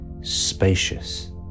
spacious